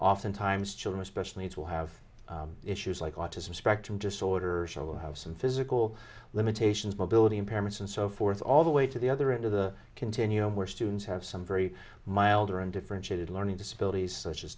oftentimes children special needs will have issues like autism spectrum disorder will have some physical limitations mobility impairments and so forth all the way to the other end of the continuum where students have some very mild or undifferentiated learning disabilities such as